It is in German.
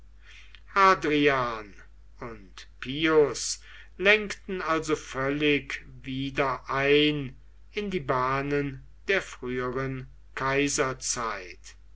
und pius lenkten also völlig wieder ein in die bahnen der früheren kaiserzeit